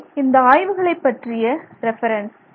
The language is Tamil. இவை இந்த ஆய்வுகளை பற்றிய ரெஃபரன்ஸ்